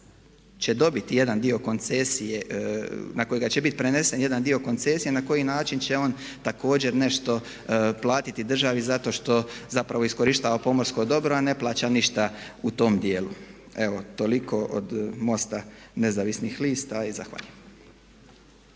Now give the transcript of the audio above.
će dobiti jedan dio koncesije, na kojega će biti prenesen jedan dio koncesije na koji način će on također nešto platiti državi zato što zapravo iskorištava pomorsko dobro a ne plaća ništa u tom dijelu. Evo, toliko od MOST-a Nezavisnih lista i zahvaljujem.